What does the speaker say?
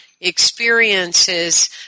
experiences